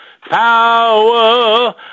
Power